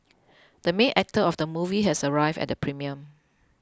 the main actor of the movie has arrived at the premiere